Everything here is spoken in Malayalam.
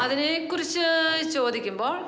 അതിനേക്കുറിച്ച് ചോദിക്കുമ്പോൾ